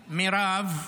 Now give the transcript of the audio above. מנהג, מירב,